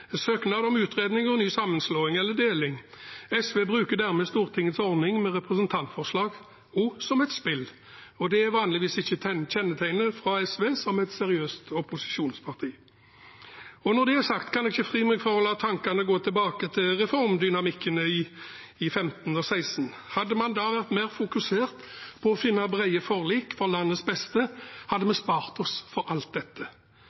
søknad om utredning av ny sammenslåing eller deling. SV bruker dermed Stortingets ordning med representantforslag også som et spill, og det er vanligvis ikke kjennetegnet til SV som et seriøst opposisjonsparti. Når det er sagt, kan jeg ikke fri meg for å la tankene gå tilbake til reformdynamikkene i 2015 og 2016. Hadde man da vært mer fokusert på å finne brede forlik for landets beste, hadde vi spart oss for alt dette.